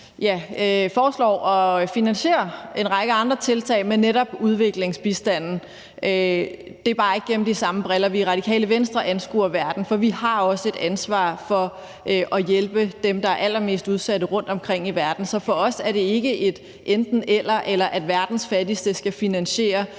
foreslår at finansiere en række andre tiltag med netop udviklingsbistanden. Det er bare ikke gennem de samme briller, vi i Radikale Venstre anskuer verden, for vi har også et ansvar for at hjælpe dem, der er allermest udsat rundtomkring i verden. Så for os er det ikke et enten-eller eller sådan, at verdens fattigste skal finansiere